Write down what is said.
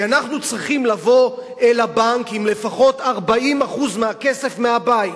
כי אנחנו צריכים לבוא לבנק עם לפחות 40% מהכסף מהבית.